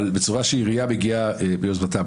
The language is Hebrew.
אבל בצורה שהעירייה מגיעה מיוזמתה,